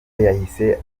yahise